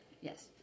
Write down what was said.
yes